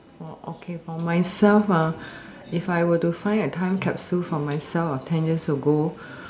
oh okay for myself ah if I were to find a time capsule for myself of ten years ago